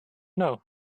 know